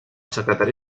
secretari